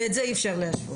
ואת זה אי אפשר להשוות.